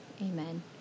amen